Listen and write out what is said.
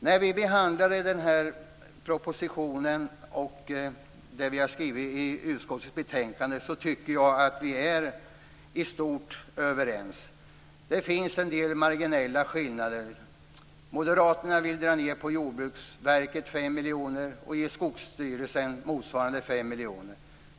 När vi har behandlat den här propositionen och skrivit utskottsbetänkandet tycker jag att vi i stort sett har varit överens. Det finns en del marginella skillnader. 5 miljoner och ge Skogsstyrelsen motsvarande 5 miljoner.